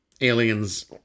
aliens